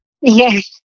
Yes